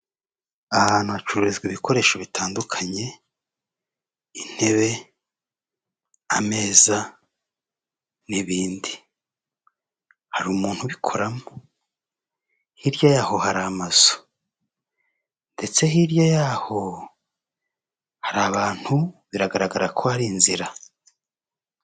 Ogisisi foiri biro akaba ari ibiro bifasha abaza kuvunjisha amafaranga yabo bayakura mu bwoko runaka bw'amafaranga bayashyira mu bundi bwoko runaka bw'amafaranga, aha turabonamo mudasobwa, turabonamo n'umugabo wicaye ategereje gufasha abakiriya baza kuvunjisha amafaranga yawe.